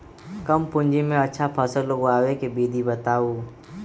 कम पूंजी में अच्छा फसल उगाबे के विधि बताउ?